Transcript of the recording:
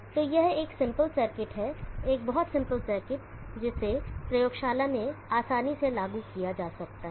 तो यह एक सिंपल सर्किट है एक बहुत सिंपल सर्किट जिसे प्रयोगशाला में आसानी से लागू किया जा सकता है